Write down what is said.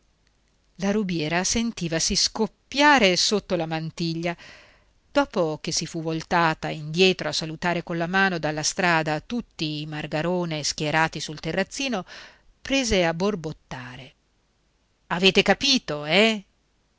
la rubiera sentivasi scoppiare sotto la mantiglia dopo che si fu voltata indietro a salutare colla mano dalla strada tutti i margarone schierati sul terrazzino prese a borbottare avete capito eh